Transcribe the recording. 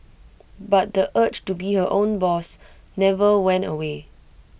but the urge to be her own boss never went away